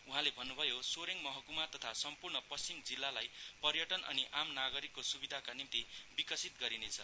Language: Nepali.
उहाँले भन्नुभयो सोरेङ महक्मा तथा सम्पूर्ण पश्चिम जिल्लालाई पर्यटन अनि आम नागरिकको सुविधाका निम्ति विकसित गरिने छ